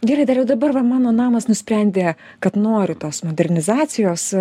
gerai dariau dabar va mano namas nusprendė kad nori tos modernizacijos